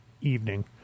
evening